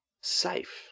Safe